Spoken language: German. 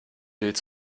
bild